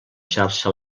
xarxa